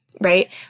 right